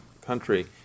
country